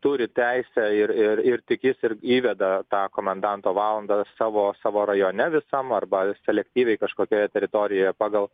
turi teisę ir ir ir tik jis ir įveda tą komendanto valandą savo savo rajone visam arba selektyviai kažkokioje teritorijoje pagal